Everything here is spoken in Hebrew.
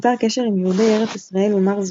יצר קשר עם יהודי ארץ ישראל ומר זוטרא,